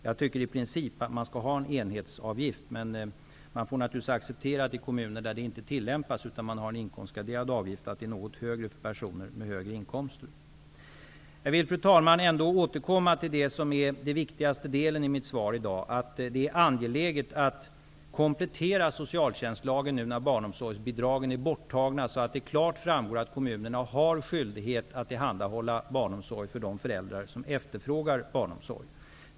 Jag tycker i princip att man skall ha en enhetsavgift, men man får naturligtvis acceptera att kostnaden i kommuner med inkomstrelaterad avgift blir något högre för personer med högre inkomster. Fru talman! Jag vill ändå återkomma till den viktigaste delen i mitt svar, nämligen att det är angeläget att nu komplettera socialtjänstlagen, eftersom barnomsorgsbidragen är avskaffade, så att det klart framgår att kommunerna har skyldighet att tillhandahålla barnomsorg för de föräldrar som efterfrågar sådan.